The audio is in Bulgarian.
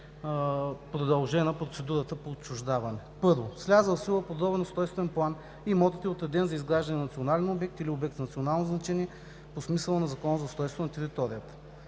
продължена процедурата по отчуждаване. „ 1. с влязъл в сила подробен устройствен план имотът е отреден за изграждане на национален обект или обект с национално значение по смисъла на Закона за устройство на територията;